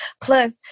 Plus